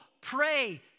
pray